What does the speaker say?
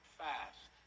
fast